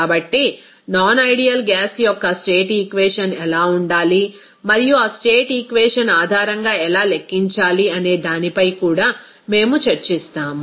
కాబట్టి non ideal gas యొక్క state equation ఎలా ఉండాలి మరియు ఆ స్టేట్ ఈక్వేషన్ ఆధారంగా ఎలా లెక్కించాలి అనే దానిపై కూడా మేము చర్చిస్తాము